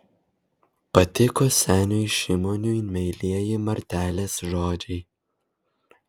patiko seniui šimoniui meilieji martelės žodžiai